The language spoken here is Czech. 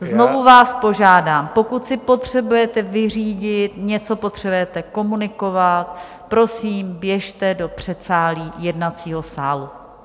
Znovu vás požádám, pokud si potřebujete vyřídit, něco potřebujete komunikovat, prosím, běžte do předsálí jednacího sálu.